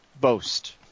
boast